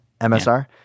MSR